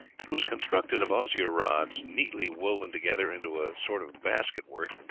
it was constructed of osier rods neatly woven together into a sort of basket-work,